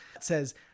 says